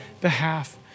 behalf